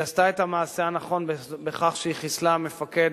שהיא עשתה את המעשה הנכון בכך שהיא חיסלה מפקד